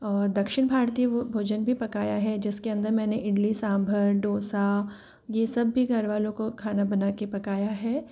और दक्षिण भारतीय वो भोजन भी पकाया है जिसके अन्दर मैंने इडली सांभर डोसा ये सब भी घर वालों को खाना बनाके पकाया है